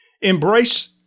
Embrace